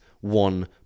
one